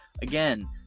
Again